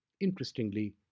Interestingly